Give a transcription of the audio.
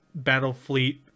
Battlefleet